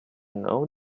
know